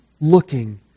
looking